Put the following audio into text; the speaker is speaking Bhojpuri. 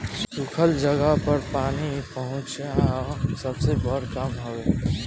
सुखल जगह पर पानी पहुंचवाल सबसे बड़ काम हवे